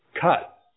Cut